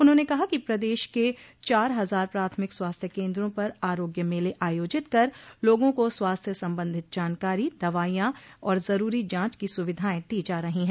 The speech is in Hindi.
उन्होंने कहा कि प्रदेश के चार हज़ार प्राथमिक स्वास्थ्य केन्द्रों पर आरोग्य मेले आयोजित कर लोगों को स्वास्थ्य सम्बन्धित जानकारी दवाइंयाँ और ज़रूरी जाँच की सुविधायें दी जा रही हैं